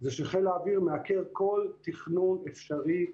זה שחיל האוויר מעקר כל תכנון אפשרי,